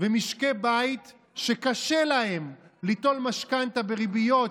ומשקי בית שקשה להם ליטול משכנתה בריביות